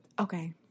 okay